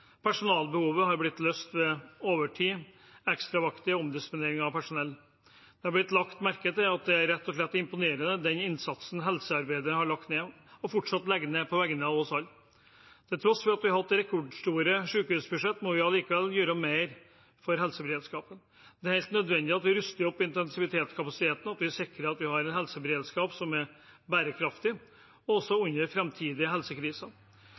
Personalbehovet har blitt løst ved overtid, ekstravakter og omdisponering av personell. Det har blitt lagt merke til at den innsatsen helsearbeidere har lagt ned og fortsatt legger ned på vegne av oss alle, rett og slett er imponerende. Til tross for at vi har hatt rekordstore sykehusbudsjett, må vi likevel gjøre mer for helseberedskapen. Det er helt nødvendig at vi ruster opp intensivkapasiteten, og at vi sikrer at vi har en helseberedskap som er bærekraftig – også under framtidige helsekriser.